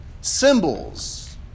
symbols